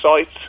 sites